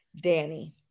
danny